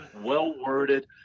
Well-worded